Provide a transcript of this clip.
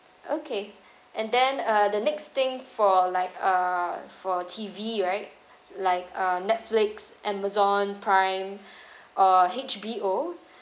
okay and then uh the next thing for like uh for T_V right like uh netflix amazon prime or H_B_O